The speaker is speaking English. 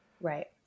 right